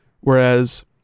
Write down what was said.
Whereas